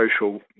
social